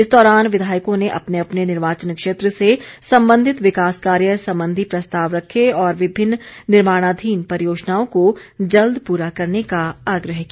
इस दौरान विधायकों ने अपने अपने निर्वाचन क्षेत्र से संबंधित विकास कार्य संबंधी प्रस्ताव रखे और विभिन्न निर्माणाधीन परियोजनाओं को जल्द पूरा करने का आग्रह किया